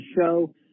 show